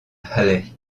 halley